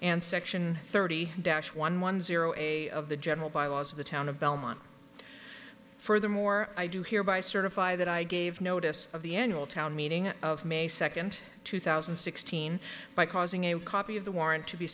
and section thirty dash one one zero eight of the general bylaws of the town of belmont furthermore i do hereby certify that i gave notice of the end of town meeting of may second two thousand and sixteen by causing a copy of the warrant to be